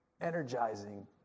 energizing